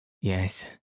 Yes